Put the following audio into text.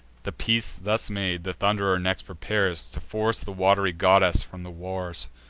the peace thus made, the thund'rer next prepares to force the wat'ry goddess from the wars.